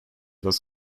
was